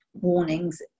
warnings